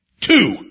Two